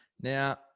Now